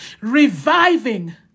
reviving